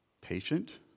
patient